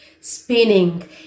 spinning